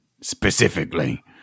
specifically